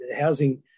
housing